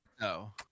no